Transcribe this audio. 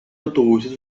autobuses